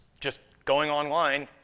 just going online.